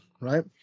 right